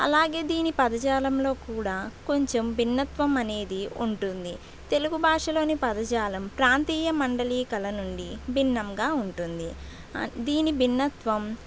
అలాగే దీని పదజాలంలో కూడా కొంచెం భిన్నత్వం అనేది ఉంటుంది తెలుగు భాషలోని పదజాలం ప్రాంతీయ మండలికలను నుండి భిన్నంగా ఉంటుంది దీని భిన్నత్వం